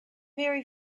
very